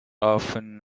often